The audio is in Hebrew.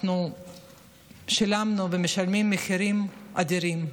אנחנו שילמנו ומשלמים מחירים אדירים.